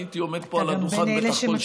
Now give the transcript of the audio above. הייתי עומד פה על הדוכן בטח כל שבוע.